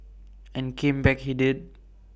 and came back he did